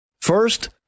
First